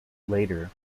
later